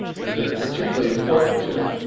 this is particularly important to.